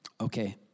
Okay